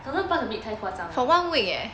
thousand plus a bit too 夸张 liao